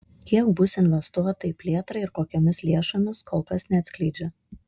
kiek bus investuota į plėtrą ir kokiomis lėšomis kol kas neatskleidžia